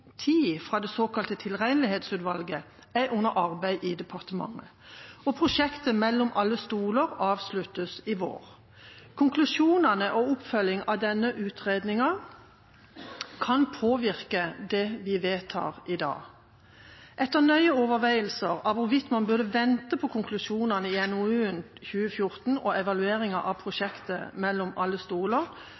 fra det såkalte Tilregnelighetsutvalget, er under arbeid i departementet. Og prosjektet «Mellom alle stoler» avsluttes i vår. Konklusjonene og oppfølginga av denne utredninga kan påvirke det vi vedtar i dag. Etter nøye overveielser av hvorvidt man burde vente på konklusjonene i NOU 2014:10 og evalueringa av prosjektet «Mellom alle stoler»,